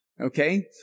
okay